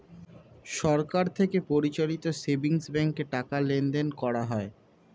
সরকার থেকে পরিচালিত সেভিংস ব্যাঙ্কে টাকা লেনদেন করা হয়